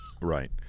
Right